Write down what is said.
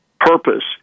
purpose